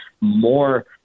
more